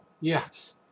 Yes